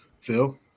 Phil